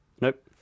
Nope